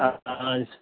ஆ